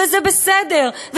וזה בסדר,